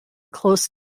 close